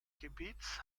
gebiets